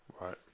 Right